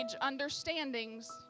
understandings